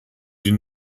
die